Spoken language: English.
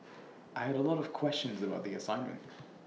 I had A lot of questions about the assignment